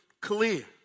clear